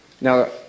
Now